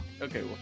okay